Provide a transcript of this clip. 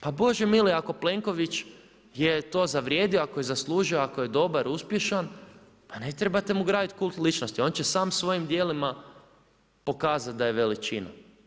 Pa Bože mili, ako Plenković je to zavrijedio, ako je zaslužio, ako je dobar uspješan, pa ne trebate mu graditi kult ličnosti, on će sam svojim dijelima, pokazati da je veličina.